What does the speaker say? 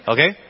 Okay